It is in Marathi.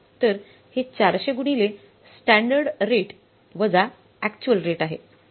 तर हे 400 गुणिले स्टँडर्ड रेट वजा अक्चुअल रेट आहे